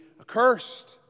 accursed